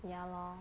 ya lor